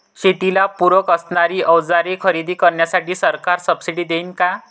शेतीला पूरक असणारी अवजारे खरेदी करण्यासाठी सरकार सब्सिडी देईन का?